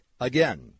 Again